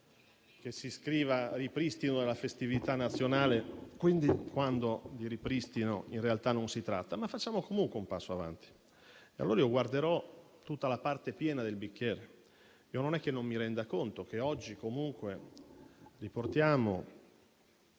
che si scriva «Ripristino della festività nazionale», quando di ripristino in realtà non si tratta. Facciamo però comunque un passo avanti e dunque guarderò tutta la parte piena del bicchiere. Non è che non mi renda conto che oggi ricordiamo,